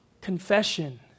confession